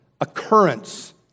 occurrence